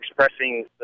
expressing